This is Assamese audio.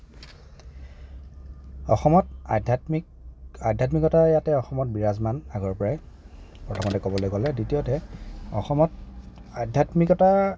অসমত আধ্যাত্মিক আধ্যাত্মিকতা ইয়াতে অসমত বিৰাজমান আগৰেপৰাই প্ৰথমতে ক'বলৈ গ'লে দ্বিতীয়তে অসমত আধ্যাত্মিকতা